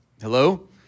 Hello